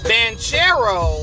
Banchero